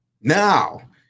Now